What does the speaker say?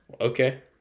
Okay